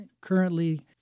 Currently